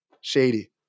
Shady